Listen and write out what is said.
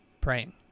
praying